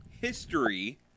history